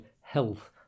health